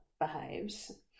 behaves